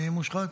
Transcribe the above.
מי מושחת?